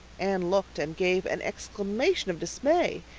anne looked and gave an exclamation of dismay.